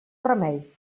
remei